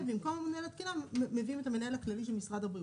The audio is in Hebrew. ובמקום הממונה על התקינה מביאים את המנהל הכללי של משרד הבריאות.